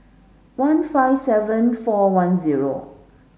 one five seven four one zero